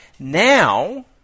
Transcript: Now